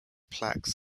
plaques